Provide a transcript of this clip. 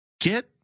get